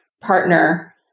partner